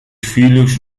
filhos